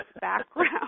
background